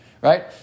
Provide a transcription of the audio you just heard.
Right